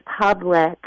public